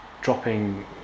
dropping